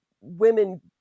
women